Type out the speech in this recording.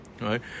right